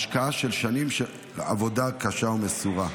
השקעה במשך שנים של עבודה קשה ומסורה.